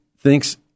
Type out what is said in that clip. thinks